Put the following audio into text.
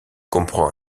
comprend